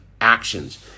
actions